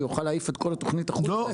הוא יוכל להעיף את כל התוכנית החוצה.